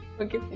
okay